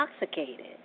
intoxicated